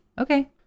Okay